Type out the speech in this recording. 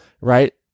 right